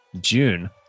June